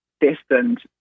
destined